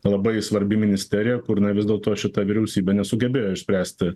labai svarbi ministerija kur na vis dėlto šita vyriausybė nesugebėjo išspręsti